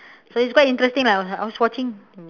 so it's quite interesting lah I was watching